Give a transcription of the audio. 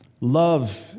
Love